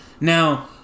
now